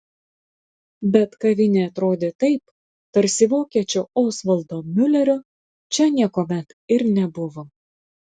bet kavinė atrodė taip tarsi vokiečio osvaldo miulerio čia niekuomet ir nebuvo